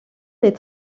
les